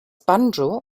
banjo